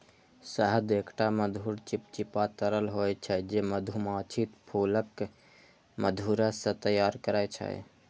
शहद एकटा मधुर, चिपचिपा तरल होइ छै, जे मधुमाछी फूलक मधुरस सं तैयार करै छै